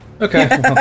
Okay